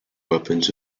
weapons